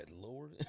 Lord